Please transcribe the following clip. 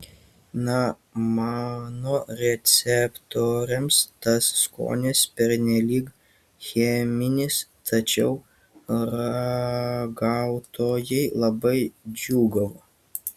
na mano receptoriams tas skonis pernelyg cheminis tačiau ragautojai labai džiūgavo